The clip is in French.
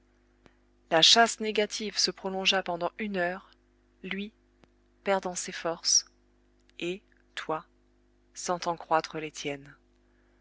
la chasse négative se prolongea pendant une heure lui perdant ses forces et toi sentant croître les tiennes